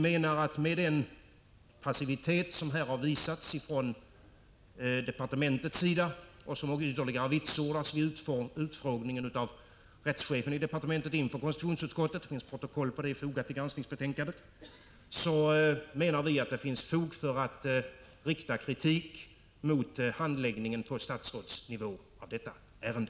Med den passivitet som här har visats från departementets sida som ytterligare vitsordats vid utfrågningen av rättschefen i departementet inför konstitutionsutskottet — det finns protokoll på det, fogat till granskningsbetänkandet — menar vi att det finns fog för att rikta kritik mot handläggningen på statsrådsnivå i detta ärende.